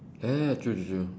ya ya true true true